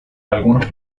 algunos